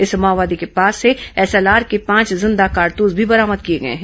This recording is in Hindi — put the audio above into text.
इस माओवादी के पास से एसएलऑर के पांच जिंदा कारतूस भी बरामद किए गए हैं